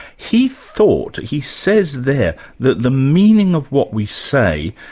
he thought, he says there, that the meaning of what we say,